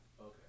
Okay